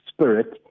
Spirit